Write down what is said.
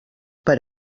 per